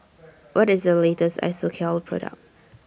What IS The latest Isocal Product